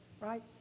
right